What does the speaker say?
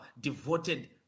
devoted